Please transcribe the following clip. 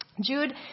Jude